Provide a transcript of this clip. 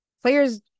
Players